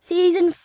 Season